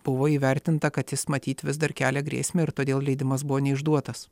buvo įvertinta kad jis matyt vis dar kelia grėsmę ir todėl leidimas buvo neišduotas